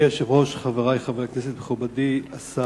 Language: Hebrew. אדוני היושב-ראש, חברי חברי הכנסת, מכובדי השר,